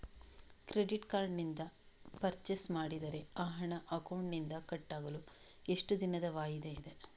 Credit card ನಿಂದ purchase ಮಾಡಿದರೆ ಆ ಹಣ ಅಕೌಂಟಿನಿಂದ ಕಟ್ ಆಗಲು ಎಷ್ಟು ದಿನದ ವಾಯಿದೆ ಇದೆ?